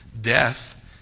Death